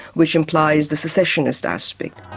which implies the secessionist aspect.